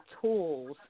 tools